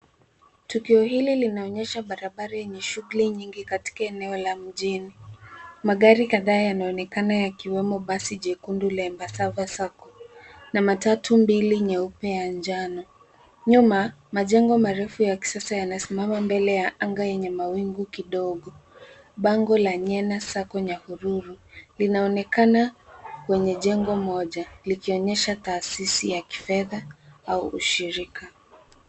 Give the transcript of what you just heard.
Tukio hili linaonyesha barabara yenye shughuli nyingi katika eneo la mjini. Magari kadhaa yanaonekana yakiwemo basi jekundu la Embassava Sacco. Na matatu mbili nyeupe ya njano. Nyuma, majengo marefu ya kisasa yanasimama mbele ya anga yenye mawingu kidogo. Bango la Nyena Sacco Nyahururu, linaonekana kwenye jengo moja, likionyesha taasisi ya kifedha, au ushirika.